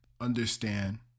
understand